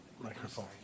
Microphone